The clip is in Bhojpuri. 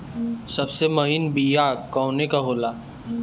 सबसे महीन बिया कवने के होला?